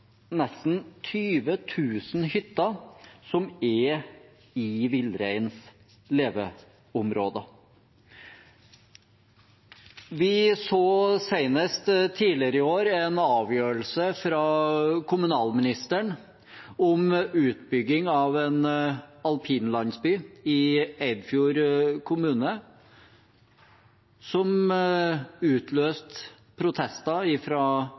nesten 20 000 hytter i villreinens leveområder. Vi så senest tidligere i år at en avgjørelse fra kommunalministeren om utbygging av en alpinlandsby i Eidfjord kommune utløste protester